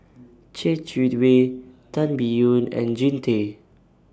Yeh Chi Wei Tan Biyun and Jean Tay